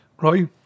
Right